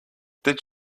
did